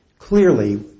Clearly